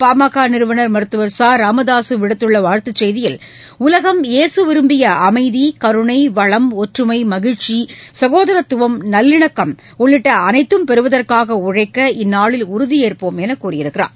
பாமக நிறுவனமர் மருத்துவர் ச ராமதாசு விடுத்துள்ள வாழ்த்து செய்தியில் உலகில் ஏசு விரும்பிய அமைதி கருணை வளம் ஒற்றுமை மகிழ்ச்சி சகோதாரத்துவம் நல்லினக்கம் உள்ளிட்ட அனைத்தும் பெருவதற்னக உழைக்க இந்நாளில் உறுதியேற்போம் என்று கூறியுள்ளார்